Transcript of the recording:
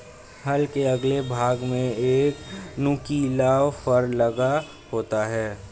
हल के अगले भाग में एक नुकीला फर लगा होता है